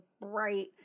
bright